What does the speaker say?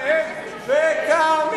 חבר הכנסת חנין, נא לסיים.